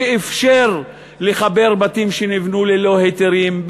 שאפשרה לחבר בתים שנבנו ללא היתרים,